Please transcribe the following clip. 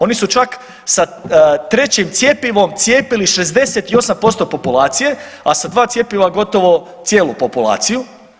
Oni su čak sa trećim cjepivom cijepili 68% populacije, a sa 2 cjepiva gotovo cijelu populaciju.